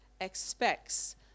expects